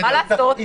מה לעשות?